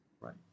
Right